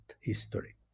history